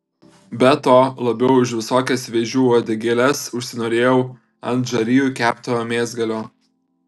be to labiau už visokias vėžių uodegėles užsinorėjau ant žarijų kepto mėsgalio